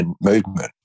movement